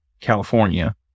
California